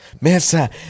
Mesa